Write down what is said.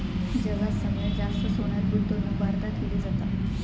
जगात सगळ्यात जास्त सोन्यात गुंतवणूक भारतात केली जाता